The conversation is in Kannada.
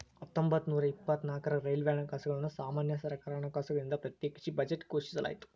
ಹತ್ತೊಂಬತ್ತನೂರ ಇಪ್ಪತ್ನಾಕ್ರಾಗ ರೈಲ್ವೆ ಹಣಕಾಸುಗಳನ್ನ ಸಾಮಾನ್ಯ ಸರ್ಕಾರ ಹಣಕಾಸುಗಳಿಂದ ಪ್ರತ್ಯೇಕಿಸಿ ಬಜೆಟ್ ಘೋಷಿಸಲಾಯ್ತ